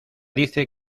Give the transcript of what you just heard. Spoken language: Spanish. dice